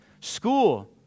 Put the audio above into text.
school